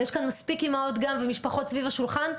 ויש כאן מספיק אימהות ומשפחות סביב השולחן,